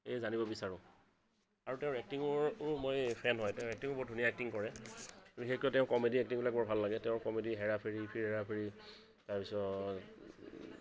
সেয়ে জানিব বিচাৰোঁ আৰু তেওঁৰ এক্টিঙৰো মই ফেন হয় তেওঁৰ এক্টিঙো বৰ ধুনীয়া এক্টিং কৰে বিশেষকৈ তেওঁ কমেডী এক্টিংবিলাক বৰ ভাল লাগে তেওঁৰ কমেডী হেৰাফেৰী ফিৰ হেৰাফেৰী তাৰপিছত